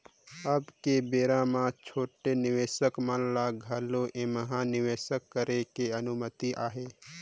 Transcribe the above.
अब के बेरा मे छोटे निवेसक मन ल घलो ऐम्हा निवेसक करे के अनुमति अहे